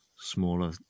smaller